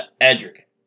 Edric